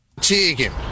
Chicken